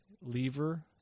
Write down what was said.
Lever